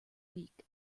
week